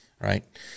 right